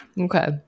Okay